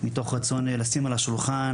מתוך רצון לשים על השולחן,